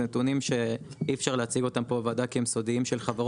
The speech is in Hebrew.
זה נתונים שאי אפשר להציג אותם פה בוועדה כי הם סודיים של חברות,